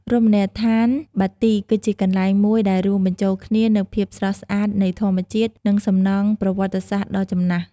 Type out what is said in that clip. រមណីយដ្ឋានបាទីគឺជាកន្លែងមួយដែលរួមបញ្ចូលគ្នានូវភាពស្រស់ស្អាតនៃធម្មជាតិ និងសំណង់ប្រវត្តិសាស្ត្រដ៏ចំណាស់។